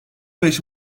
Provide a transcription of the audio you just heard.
beş